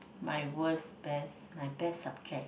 my worst best my best subject